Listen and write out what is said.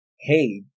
hey